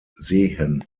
sehen